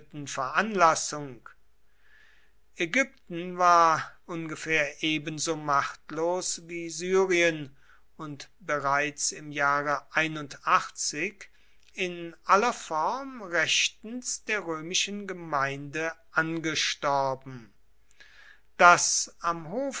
veranlassung ägypten war ungefähr ebenso machtlos wie syrien und bereits im jahre in aller form rechtens der römischen gemeinde angestorben das am hofe